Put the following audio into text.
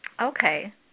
Okay